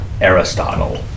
Aristotle